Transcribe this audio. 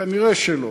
כנראה לא,